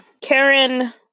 Karen